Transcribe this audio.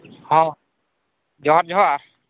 ᱦᱮᱸ ᱡᱚᱦᱟᱨ ᱡᱚᱦᱟᱨ